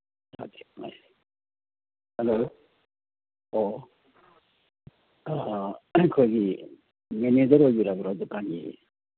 hello ꯑꯣ ꯑꯩꯈꯣꯏꯒꯤ manager ꯑꯣꯏꯕꯤꯕ꯭ꯔꯣ ꯗꯨꯀꯥꯟꯒꯤ